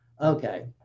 Okay